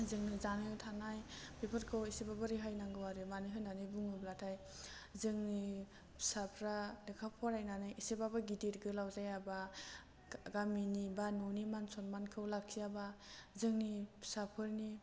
जोंनो जानो थानाय बेफोरखौ एसेबाबो रेहाय नांगौ आरो मानो होन्नानै बुङोब्लाथाइ जोंनि फिसाफ्रा लेखा फरायनानै एसेबाबो गिदिर गोलाव जायाबा गामिनि बा न'नि मान सन्मानखौ लाखियाबा जोंनि फिसाफोरनि